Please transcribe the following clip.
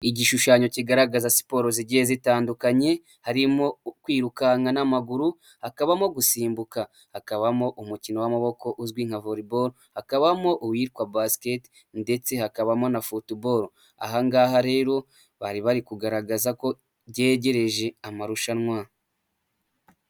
Igishushanyo kigaragaza siporo zigiye zitandukanye, harimo kwirukanka n'amaguru, hakabamo gusimbuka, hakabamo umukino w'amaboko uzwi voreboro, hakabamo uwitwa basikete ndetse hakabamo na futuboro. Aha ngaha rero bari bari kugaragaza ko byegereje amarushanwa.